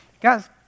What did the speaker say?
guys